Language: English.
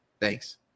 Thanks